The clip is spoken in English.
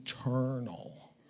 eternal